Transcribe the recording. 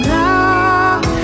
now